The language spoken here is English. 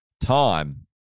time